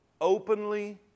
openly